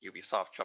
Ubisoft